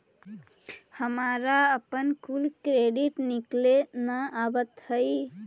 हमारा अपन कुल क्रेडिट निकले न अवित हई